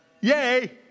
Yay